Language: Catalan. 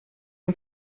han